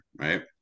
right